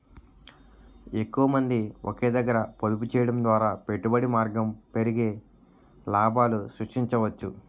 ఎక్కువమంది ఒకే దగ్గర పొదుపు చేయడం ద్వారా పెట్టుబడి మార్గం పెరిగి లాభాలు సృష్టించవచ్చు